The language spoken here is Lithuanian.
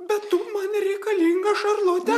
bet tu man reikalinga šarlote